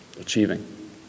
achieving